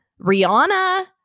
Rihanna